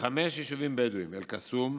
בחמישה יישובים בדואיים: אל-קסום,